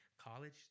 college